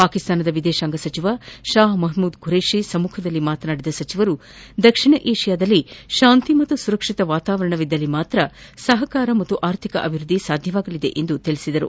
ಪಾಕಿಸ್ತಾನದ ವಿದೇಶಾಂಗ ಸಚಿವ ಷಾ ಮೆಹಮೂದ್ ಖುರೇಷಿ ಸಮ್ಮುಖದಲ್ಲಿ ಮಾತನಾಡಿದ ಅವರು ದಕ್ಷಿಣ ಏಷ್ಯಾದಲ್ಲಿ ಶಾಂತಿ ಮತ್ತು ಸುರಕ್ಷಿತ ವಾತಾವರಣವಿದ್ದಲ್ಲಿ ಮಾತ್ರ ಸಹಕಾರ ಮತ್ತು ಆರ್ಥಿಕ ಅಭಿವ್ವದ್ದಿ ಸಾಧ್ಯ ಎಂದು ಹೇಳಿದರು